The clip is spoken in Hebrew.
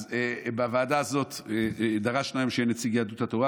אז בוועדה הזאת דרשנו היום שיהיה נציג מיהדות התורה,